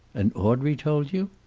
and audrey told you?